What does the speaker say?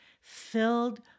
filled